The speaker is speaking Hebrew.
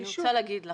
אני רוצה להגיד לך,